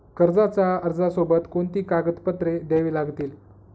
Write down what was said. कर्जाच्या अर्जासोबत कोणती कागदपत्रे द्यावी लागतील?